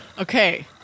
Okay